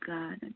God